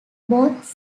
both